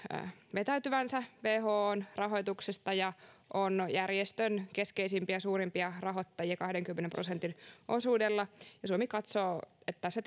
vetäytyvänsä whon rahoituksesta ja on järjestön keskeisimpiä ja suurimpia rahoittajia kahdenkymmenen prosentin osuudella ja suomi katsoo että tässä